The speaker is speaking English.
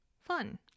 fun